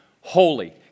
holy